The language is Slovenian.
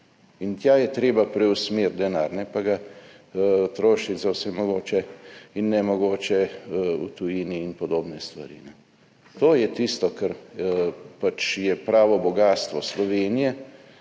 Tja je treba preusmeriti denar, ne pa ga trošiti za vse mogoče in nemogoče v tujini in podobne stvari. To je tisto, kar pač je pravo bogastvo Slovenije.